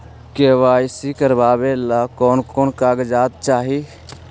KYC करावे ले कोन कोन कागजात चाही?